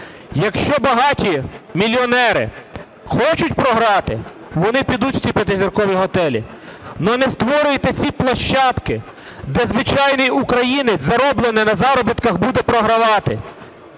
Якщо багаті мільйонери хочуть програти, вони підуть у ці 5-зіркові готелі, но не створюйте ці площадки, де звичайний українець, зароблене на заробітках, буде програвати.